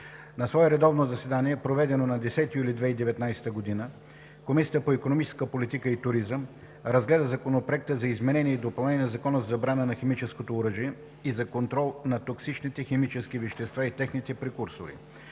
На свое редовно заседание, проведено на 10 юли 2019 г., Комисията по икономическа политика и туризъм разгледа Законопроекта за изменение и допълнение на Закона за забрана на химическото оръжие и за контрол на токсичните химически вещества и техните прекурсори.